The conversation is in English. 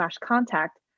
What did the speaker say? contact